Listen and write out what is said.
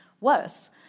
worse